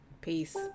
Peace